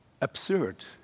absurd